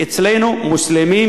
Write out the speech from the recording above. אצלנו יהיו מוסלמים,